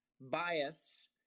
Bias